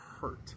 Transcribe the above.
hurt